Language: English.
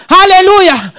Hallelujah